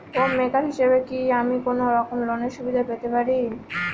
Home maker হিসেবে কি আমি কোনো রকম লোনের সুবিধা পেতে পারি?